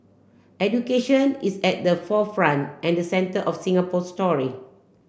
education is at the forefront and centre of Singapore story